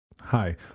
Hi